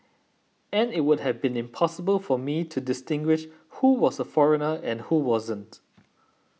and it would have been impossible for me to distinguish who was a foreigner and who wasn't